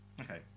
okay